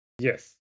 Yes